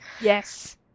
Yes